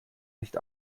nicht